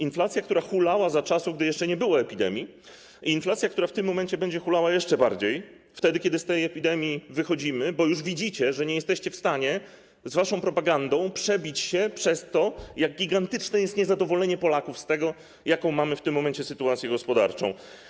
Inflacja, która hulała za czasów, gdy jeszcze nie było epidemii, i inflacja, która w tym momencie będzie hulała jeszcze bardziej, wtedy kiedy z tej epidemii wychodzimy, bo już widzicie, że nie jesteście w stanie z waszą propagandą przebić się przez to, jak gigantyczne jest niezadowolenie Polaków z tego, jaką mamy w tym momencie sytuację gospodarczą.